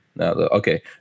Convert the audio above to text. Okay